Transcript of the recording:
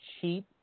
cheap